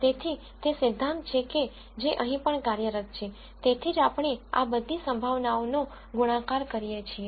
તેથી તે સિદ્ધાંત છે કે જે અહીં પણ કાર્યરત છે તેથી જ આપણે આ બધી સંભાવનાઓ નો ગુણાકાર કરીએ છીએ